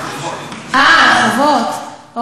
לא, על החובות.